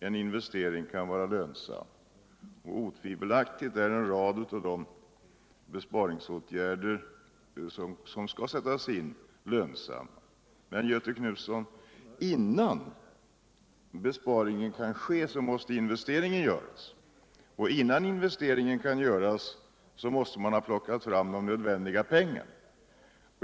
En investering kan vara lönsam liksom en rad av de besparingsåtgärder som skall sättas in. men, Göthe Knutson, innan besparingen kan ske måste investeringen göras, och innan investeringen kan göras måste man ha plockat fram de nödvändiga pengarna.